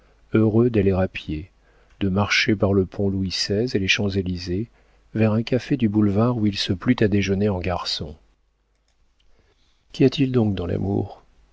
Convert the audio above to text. heureux d'aller à pied de marcher par le pont louis xvi et les champs-élysées vers un café du boulevard où il se plut à déjeuner en garçon qu'y a-t-il donc dans l'amour